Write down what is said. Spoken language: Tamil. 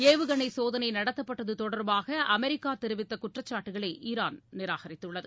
ஏவுகணைசோதனைநடத்தப்பட்டதுதொடர்பாகஅமெரிக்காதெரிவித்தகுற்றச்சாட்டுகளைஈரான் நிராகரித்துள்ளது